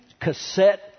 cassette